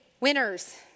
winners